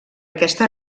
aquesta